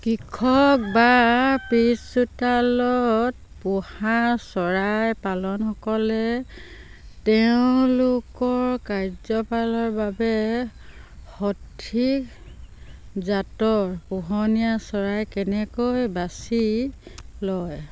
কৃষক বা পিছ চোতালত পোহা চৰাই পালনসকলে তেওঁলোকৰ কাৰ্য্যকলাপৰ বাবে সঠিক জাতৰ পোহনীয়া চৰাই কেনেকৈ বাচি লয়